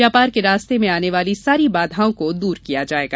व्यापार के रास्ते में आने वाली सारी बाधाओं को दूर किया जायेगा